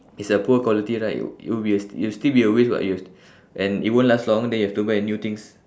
is a poor quality right it will be a it will still be a waste [what] you hav~ and it won't last long then you have to buy a new things